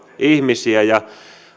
ihmisiä ja